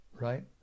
Right